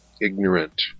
ignorant